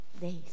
days